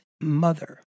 mother